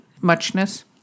muchness